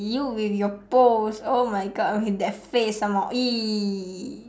you with your pose oh my god with that face some more !ee!